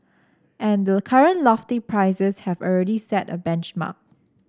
and the current lofty prices have already set a benchmark